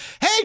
Hey